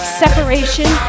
separation